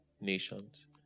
nations